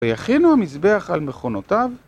ויכינו המזבח על מכונותיו